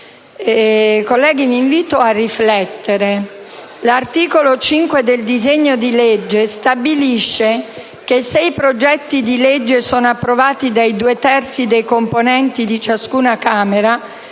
Colleghi, vi invito a riflettere. L'articolo 5 del disegno di legge stabilisce che, se i progetti di legge sono approvati dai due terzi dei componenti di ciascuna Camera,